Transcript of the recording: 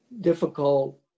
difficult